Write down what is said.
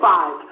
Five